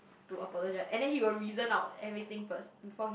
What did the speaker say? to apologized and then he will reasons out everything first he